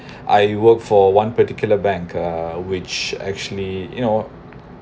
I worked for one particular bank uh which actually you know